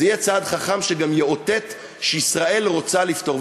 זה יהיה צעד חכם שגם יאותת שישראל רוצה לפתור.